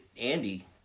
Andy